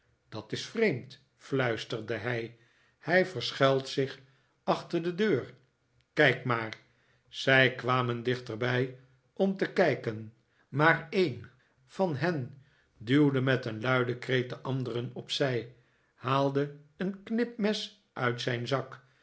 dat is vreemd fluisterde hij hij verschuiltzich achter de deur kijk maar zij kwamen dichterbij om te kijken maar een van hen duwde met een luiden kreet de anderen op zij haalde een knipmes uit zijn zak